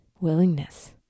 willingness